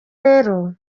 rero